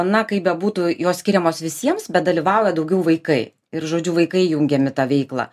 na kaip bebūtų jos skiriamos visiems bet dalyvauja daugiau vaikai ir žodžiu vaikai jungiami į tą veiklą